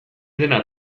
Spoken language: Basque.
dena